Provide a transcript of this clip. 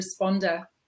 responder